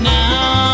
now